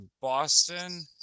Boston